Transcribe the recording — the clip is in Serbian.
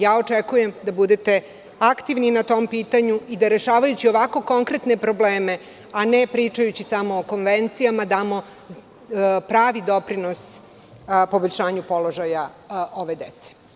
Ja očekujem da budete aktivni na tom pitanju i da rešavajući ovako konkretne probleme, a ne pričajući samo o konvencijama, damo pravi doprinos poboljšanju položaja ove dece.